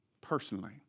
personally